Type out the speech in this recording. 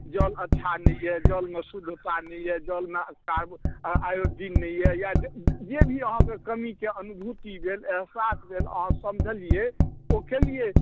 जल अच्छा नहि अइ जलमे शुद्धता नहि अइ जलमे कार्ब आयोडीन नहि अइ या जे भी अहाँके कमीके अनुभूति भेल अहसास भेल अहाँ समझलिए ओ केलिए